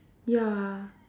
ya